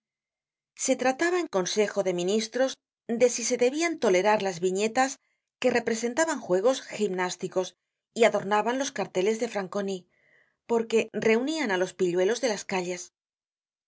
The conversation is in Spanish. se trataba en consejo de ministros de si se debian tolerar las viñetas que representaban juegos gimnásticos y adornaban los carteles de franconi porque reunian á los pihuelos delas calles